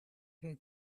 his